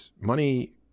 money